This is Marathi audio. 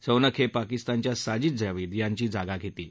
सुनाक हे पाकिस्तानच्या साजीद जावीद यांची जागा घेतील